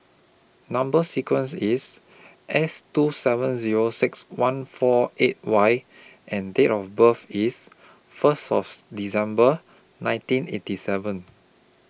Number sequence IS S two seven Zero six one four eight Y and Date of birth IS First December nineteen eighty seven